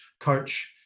coach